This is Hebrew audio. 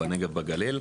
בנגב ובגליל.